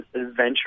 adventure